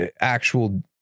actual